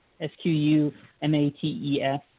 S-Q-U-M-A-T-E-S